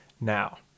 Now